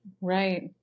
Right